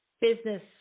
business